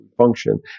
function